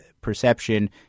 perception